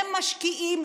למשקיעים,